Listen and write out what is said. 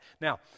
Now